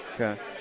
Okay